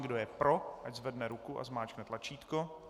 Kdo je pro, ať zvedne ruku a zmáčkne tlačítko.